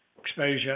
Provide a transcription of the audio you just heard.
exposure